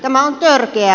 tämä on törkeää